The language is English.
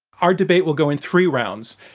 our debate will go in three rounds.